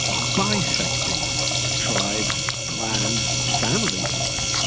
bisecting tribes, clans, families even,